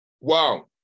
wow